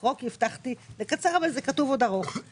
לקרוא כי הבטחתי לקצר בדבריי אבל יש עוד המשך ארוך למה שכתוב.